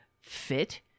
fit